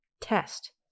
Test